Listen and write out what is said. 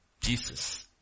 Jesus